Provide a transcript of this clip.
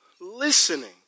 listening